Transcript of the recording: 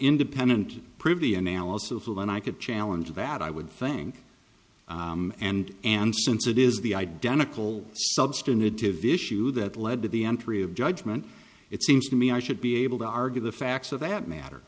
independent pretty analysis of law and i could challenge a bad i would thing and and since it is the identical substantive issue that led to the entry of judgment it seems to me i should be able to argue the facts of that matter